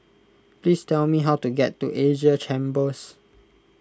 please tell me how to get to Asia Chambers